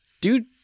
dude